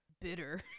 bitter